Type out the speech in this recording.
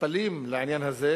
שנטפלים לעניין הזה,